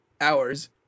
hours